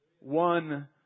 one